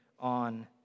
On